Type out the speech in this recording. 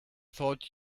thought